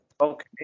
Okay